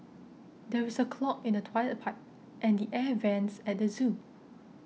there is a clog in the Toilet Pipe and the Air Vents at the zoo